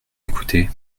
écouter